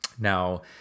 Now